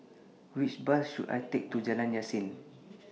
Which Bus should I Take to Jalan Yasin